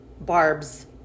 Barb's